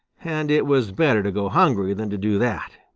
and it was better to go hungry than to do that.